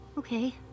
Okay